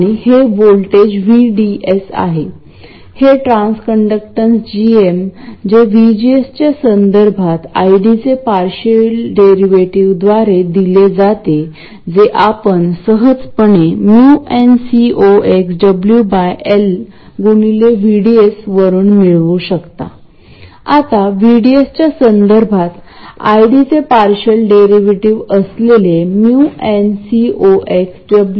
त्वरित स्पष्ट झालेली एक समस्या अशी आहे की आपल्याला हा करंट I0 ट्रान्झिस्टर च्या ड्रेन मधून फ्लो करायचा होता ड्रेन करंट हा I0 च्या बरोबरीचा असावा पण या प्रकरणात माझ्याजवळ operating point drain source voltage VDS ची एक विशिष्ट व्हॅल्यू आहे आणि ती व्हॅल्यू R च्या अक्रॉस आहे असे दिसतेत्यामुळे VDS RL हे या मार्गाने फ्लो होईल तर स्टेडी स्टेट मध्ये हा ड्रेन करंट I0 च्या बरोबरीचा नसेल परंतु तो I0 VDS RL असेल